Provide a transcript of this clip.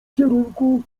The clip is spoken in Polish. kierunku